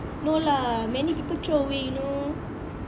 no lah many people throw away you know